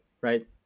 right